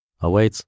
awaits